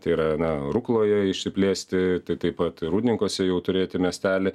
tai yra na rukloje išsiplėsti tai taip pat rūdninkuose jau turėti miestelį